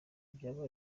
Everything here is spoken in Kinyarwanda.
byaba